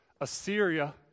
Assyria